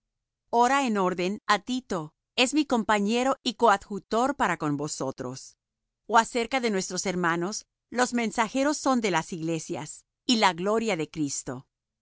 ora en orden á tito es mi compañero y coadjutor para con vosotros ó acerca de nuestros hermanos los mensajeros son de las iglesias y la gloria de cristo